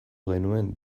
genuen